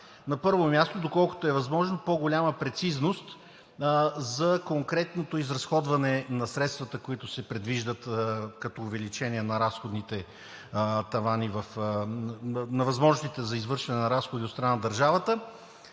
На първо място, доколкото е възможно по-голяма прецизност за конкретното изразходване на средствата, които се предвиждат като увеличение на разходните тавани, на възможностите за извършване на разходи от страна на държавата